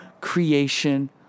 creation